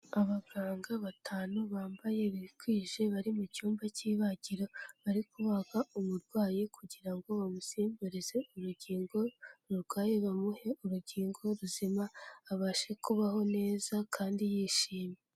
Abaganga batanu bambaye bikwije bari mu cyumba cy'ibagiro, bari kubaga uburwayi kugira ngo bamusimburize urugingo rurwaye bamuhe urugingo ruzima, abashe kubaho neza kandi yishimye.